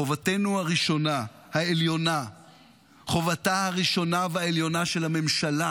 חובתה הראשונה והעליונה של הממשלה